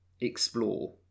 Explore